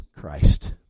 Christ